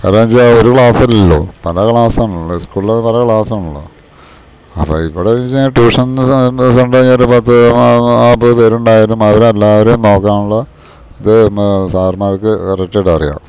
കാരണന്നച്ച ഒരു ക്ലാസല്ലല്ലോ പല ക്ലാസ്സാണല്ലോ ഉസ്കൂളിലത് പല ക്ലാസാണല്ലോ അപ്പം ഇവടെന്ന്ച്ചഴിഞ്ഞാ ട്യൂഷൻ സണ്ടെഴിഞ്ഞാൽ ഒരു പത്ത് നാൽപ്പത് പേർ ഉണ്ടായാലും അവരെ എല്ലാവരേം നോക്കാനുള്ള ഇത് സാർമാർക്ക് കറക്റ്റായിട്ടറിയാം